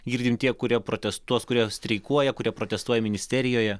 girdim tie kurie protes tuos kurie streikuoja kurie protestuoja ministerijoje